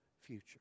future